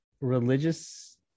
religious